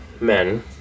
men